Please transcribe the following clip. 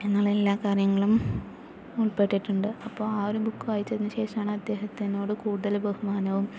എന്നുള്ള എല്ലാ കാര്യങ്ങളും ഉൾപ്പെട്ടിട്ടുണ്ട് അപ്പോൾ ആ ഒരു ബുക്ക് വായിച്ചതിനു ശേഷമാണ് അദ്ദേഹത്തിനോട് കൂടുതല് ബഹുമാനവും